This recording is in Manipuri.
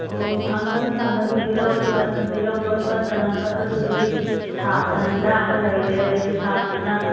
ꯑꯣ ꯐꯪꯒꯅꯤ ꯐꯪꯒꯅꯤ ꯇꯤꯜꯍꯧ ꯇꯤꯜꯍꯧ ꯄꯠꯄ ꯆꯅꯝ ꯄꯥꯠꯄꯗꯨꯒꯤꯗꯤ ꯁꯥꯞ ꯑꯅ ꯍꯤꯗꯥꯛ ꯑꯃ ꯂꯩꯔꯦ ꯑꯗꯨꯒꯤ ꯁꯥꯞꯇꯨꯅ